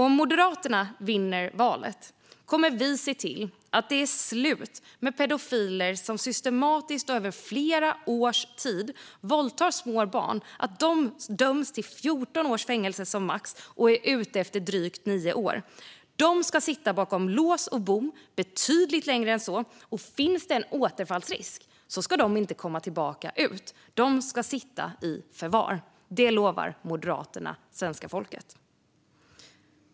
Om Moderaterna vinner valet kommer vi se till att det är slut med att pedofiler som systematiskt och över flera års tid våldtar små barn döms till max fjorton års fängelse och är ute efter drygt nio år. De ska sitta bakom lås och bom betydligt längre än så, och finns det en återfallsrisk ska de inte komma tillbaka ut. De ska sitta i förvar. Det lovar Moderaterna svenska folket.